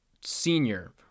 senior